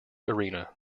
arena